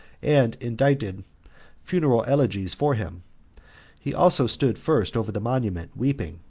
and indited funeral elegies for him he also stood first over the monument weeping,